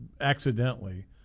accidentally